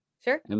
Sure